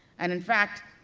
and in fact,